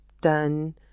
done